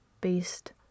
based